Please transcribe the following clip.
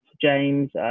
James